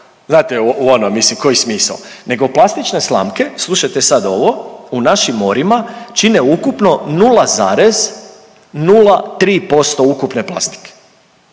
koji smisao. Nego plastične slamke, slušajte sad ovo, u našim morima čine ukupno 0,03% ukupne plastike.